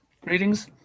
Greetings